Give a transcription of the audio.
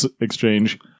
exchange